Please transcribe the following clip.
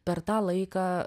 per tą laiką